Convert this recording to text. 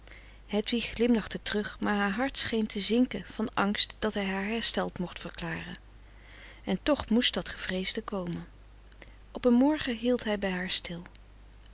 hedwig glimlachte terug maar haar hart scheen te zinken van angst dat hij haar hersteld mocht gaan verklaren en toch moest dat gevreesde komen op een morgen hield hij bij haar stil